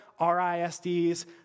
RISD's